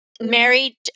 married